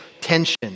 tension